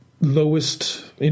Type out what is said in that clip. lowest